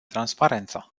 transparența